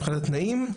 מבחינת התנאים.